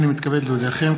הינני מתכבד להודיעכם,